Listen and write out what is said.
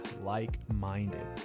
like-minded